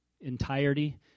entirety